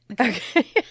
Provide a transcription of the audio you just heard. Okay